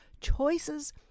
choices